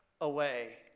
away